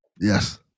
Yes